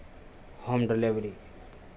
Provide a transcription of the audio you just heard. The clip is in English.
home delivery